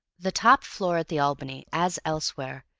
the top floor at the albany, as elsewhere,